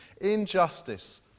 injustice